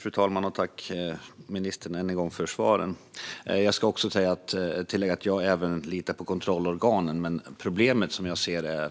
Fru talman! Jag tackar ministern än en gång för svaren. Även jag litar på kontrollorganen. Men det är problematiskt